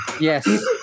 Yes